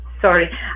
sorry